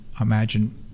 imagine